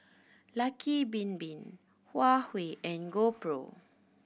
Lucky Bin Bin Huawei and GoPro